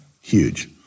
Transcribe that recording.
huge